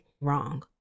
wrong